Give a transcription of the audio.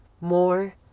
more